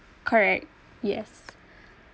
correct yes